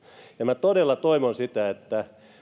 ja minä todella toivon sitä että